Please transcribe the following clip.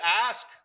ask